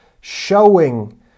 showing